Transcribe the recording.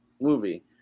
movie